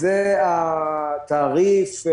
זה התעריף,